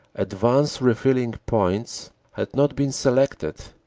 advance refilling points had not been selected,